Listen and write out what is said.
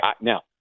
Now